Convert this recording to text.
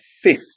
fifth